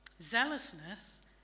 Zealousness